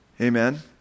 Amen